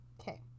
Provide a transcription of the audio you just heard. Okay